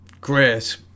great